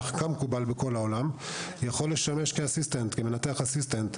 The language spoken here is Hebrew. כמקובל בכל העולם ויכול לשמש כמנתח אסיסטנט.